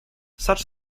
such